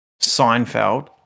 Seinfeld